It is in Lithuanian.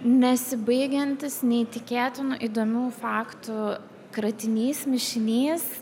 nesibaigiantis neįtikėtinų įdomių faktų kratinys mišinys